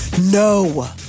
No